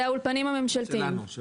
אלה האולפנים הממשלתיים.